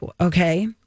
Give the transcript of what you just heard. okay